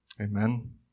Amen